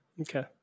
Okay